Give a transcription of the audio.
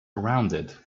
rounded